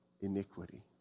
iniquity